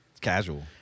Casual